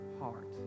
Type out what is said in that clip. heart